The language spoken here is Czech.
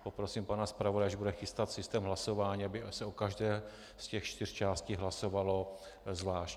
Poprosím pana zpravodaje, až bude chystat systém hlasování, aby se o každé z těch čtyř částí hlasovalo zvlášť.